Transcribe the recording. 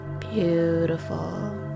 Beautiful